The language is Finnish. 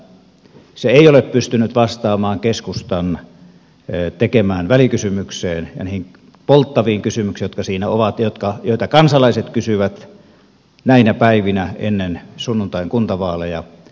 se ei ole pystynyt vastaamaan keskustan tekemään välikysymykseen ja niihin polttaviin kysymyksiin jotka siinä ovat ja joita kansalaiset kysyvät näinä päivinä ennen sunnuntain kuntavaaleja